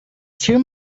too